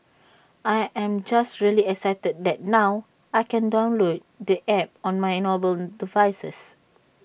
I am just really excited that now I can download the app on my mobile devices